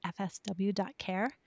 fsw.care